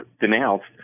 denounced